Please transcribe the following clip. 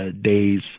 days